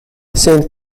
saint